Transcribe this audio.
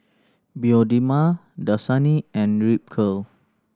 Bioderma Dasani and Ripcurl